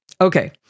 Okay